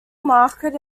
market